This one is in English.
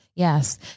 Yes